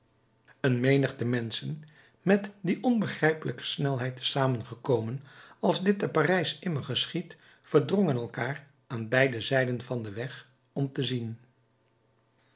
een menigte menschen met die onbegrijpelijke snelheid te zamen gekomen als dit te parijs immer geschiedt verdrongen elkaar aan beide zijden van den weg om te zien